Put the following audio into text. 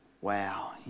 wow